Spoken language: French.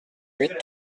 huit